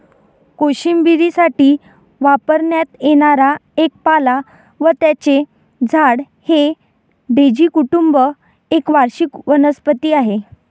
कोशिंबिरीसाठी वापरण्यात येणारा एक पाला व त्याचे झाड हे डेझी कुटुंब एक वार्षिक वनस्पती आहे